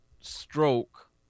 stroke